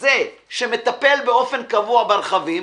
זה שמטפל באופן קבוע ברכבים,